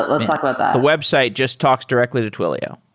let's talk about that. the website just talks directly to twilio.